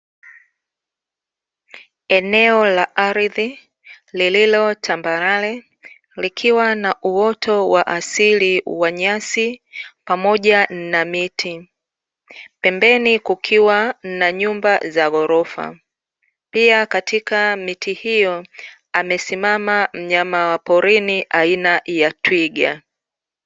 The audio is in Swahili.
Eneo la ardhi lililo tambarare likiwa na uoto wa asili wa nyasi pamoja na miti, pembeni kukiwa na nyumba za ghorofa. Pia katika miti hio amesimama mnyama wa porini aina ya twiga.